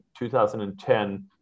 2010